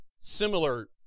similar